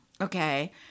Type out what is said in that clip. Okay